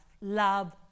Love